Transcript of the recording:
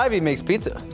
um he makes pizza.